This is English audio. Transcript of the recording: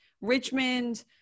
Richmond